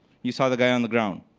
you saw the guy on the ground.